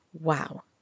Wow